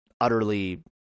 utterly